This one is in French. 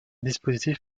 dispositif